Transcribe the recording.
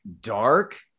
dark